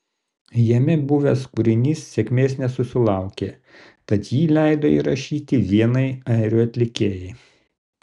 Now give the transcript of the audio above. jame buvęs kūrinys sėkmės nesusilaukė tad jį leido įrašyti vienai airių atlikėjai